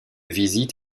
visite